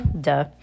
Duh